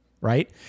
right